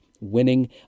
winning